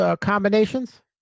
combinations